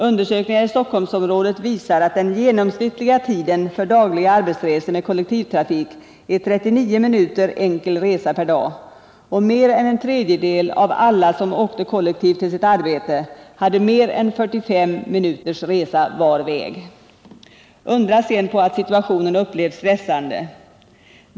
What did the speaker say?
Undersökningar i Stockholmsområdet visar att den genomsnittliga tiden för dagliga arbetsresor med kollektivtrafik är 39 minuter för enkel resa och att mer än en tredjedel av alla som åkte kollektivt till sitt arbete hade mer än 45 minuters resa var väg. Undra sedan på att situationen upplevs som stressande.